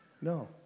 no